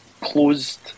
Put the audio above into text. closed